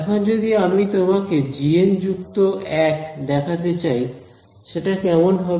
এখন যদি আমি তোমাকে gn যুক্ত 1 দেখাতে চাই সেটা কেমন হবে